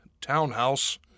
townhouse